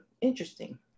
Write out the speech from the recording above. interesting